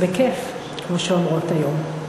בכיף, כמו שאומרות היום.